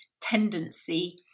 tendency